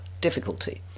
difficulty